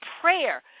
prayer